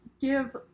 give